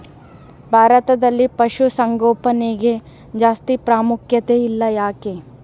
ಭಾರತದಲ್ಲಿ ಪಶುಸಾಂಗೋಪನೆಗೆ ಜಾಸ್ತಿ ಪ್ರಾಮುಖ್ಯತೆ ಇಲ್ಲ ಯಾಕೆ?